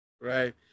Right